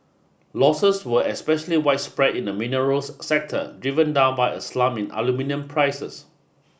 losses were especially widespread in the minerals sector given down by a slump in aluminium prices